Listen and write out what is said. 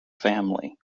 family